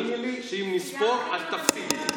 תאמיני לי שאם נספור, את תפסידי.